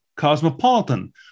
Cosmopolitan